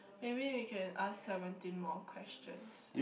maybe we can ask seventeen more questions